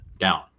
down